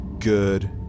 good